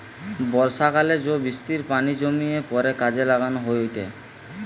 বর্ষাকালে জো বৃষ্টির পানি জমিয়ে পরে কাজে লাগানো হয়েটে